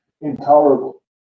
intolerable